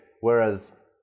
whereas